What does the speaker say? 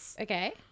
okay